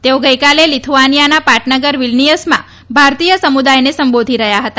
તેઓ ગઈકાલે લિથુઆનીયાના પાટનગર વીલનીયસમાં ભારતીય સમુદાયને સંબોધી રહ્યા હતા